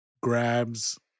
grabs